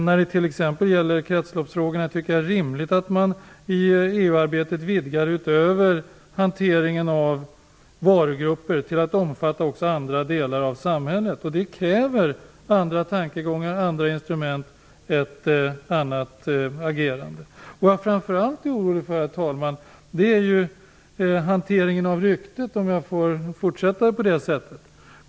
När det t.ex. gäller kretsloppsfrågan tycker jag att det är rimligt att man i EU-arbetet vidgar den till att utöver hanteringen av varugrupper också omfatta andra delar av samhället. Det kräver andra tankegångar, andra instrument, ett annat agerande. Vad jag framför allt är orolig för är hanteringen av ryktet - om jag får fortsätta med det.